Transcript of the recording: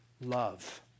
love